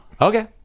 okay